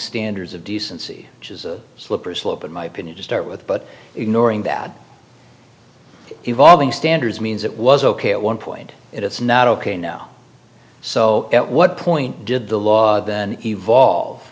standards of decency which is a slippery slope in my opinion to start with but ignoring that evolving standards means it was ok at one point it's not ok now so at what point did the law then evolve